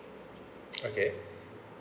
okay